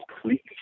completely